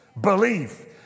belief